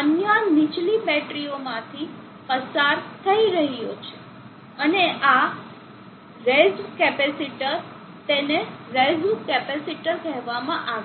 અન્ય નીચલી બેટરીઓમાંથી પસાર થઈ રહ્યો છે અને આ રેઝ્વ કેપેસિટર તેને રેઝ્વ કેપેસિટર કહેવામાં આવે છે